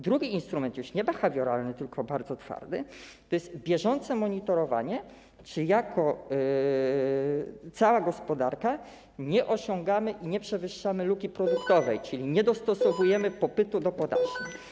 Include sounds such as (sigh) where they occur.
Drugi instrument - już nie behawioralny, tylko bardzo twardy - to bieżące monitorowanie, czy jako cała gospodarka nie osiągamy i nie przewyższamy luki produktowej, (noise) czyli nie dostosowujemy popytu do podaży.